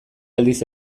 aldiz